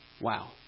Wow